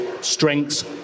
strengths